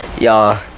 Y'all